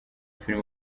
filime